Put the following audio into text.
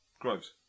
Gross